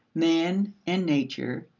man and nature,